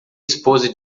esposa